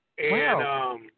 Wow